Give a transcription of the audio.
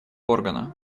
органа